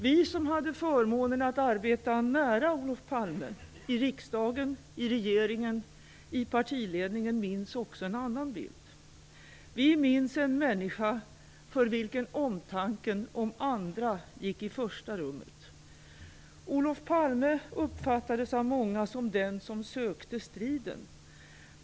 Vi som hade förmånen att arbeta nära Olof Palme, i riksdagen, i regeringen, i partiledningen, minns också en annan bild. Vi minns en människa, för vilken omtanken om andra gick i första rummet. Olof Palme uppfattades av många som den som sökte striden.